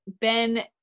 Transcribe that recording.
Ben